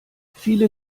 viele